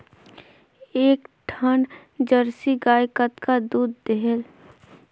एक ठन जरसी गाय कतका दूध देहेल?